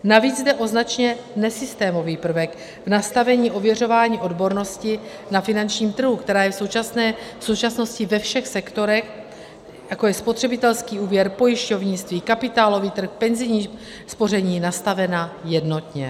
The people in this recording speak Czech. Navíc jde o značně nesystémový prvek v nastavení ověřování odbornosti na finančním trhu, která je v současnosti ve všech sektorech, jako je spotřebitelský úvěr, pojišťovnictví, kapitálový trh, penzijní spoření, nastavena jednotně.